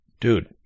dude